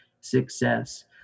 success